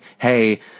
hey